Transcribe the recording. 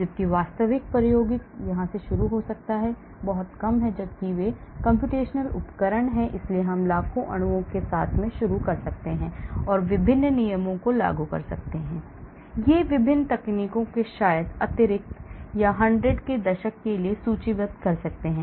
जबकि वास्तविक प्रायोगिक यहां से शुरू हो सकता है बहुत कम है जबकि ये कम्प्यूटेशनल उपकरण हैं इसलिए हम लाखों अणुओं के साथ शुरू कर सकते हैं और विभिन्न नियमों को लागू कर सकते हैं विभिन्न तकनीकों को शायद अतिरिक्त या 100 के दशक के लिए सूचीबद्ध कर सकते हैं